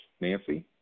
Nancy